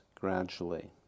gradually